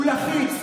הוא לחיץ,